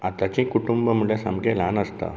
आताचें कुटूंब म्हणल्यार सामकें ल्हान आसतां